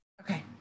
okay